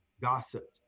gossip